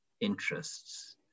interests